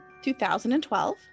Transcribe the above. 2012